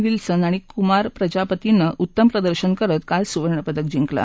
Wilson Singh आणि सतीश कुमार प्रजापतीनं उत्तम प्रदर्शन करत काल सुवर्ण पदक जिंकलं